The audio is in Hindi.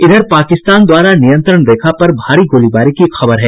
इधर पाकिस्तान द्वारा नियंत्रण रेखा पर भारी गोलीबारी की खबर है